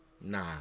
Nah